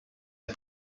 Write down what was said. and